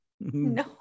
No